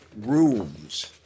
rooms